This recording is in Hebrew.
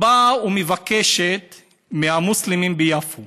שבאה ומבקשת מהמוסלמים ביפו